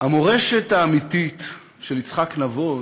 המורשת האמיתית של יצחק נבון